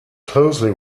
closely